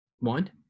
mind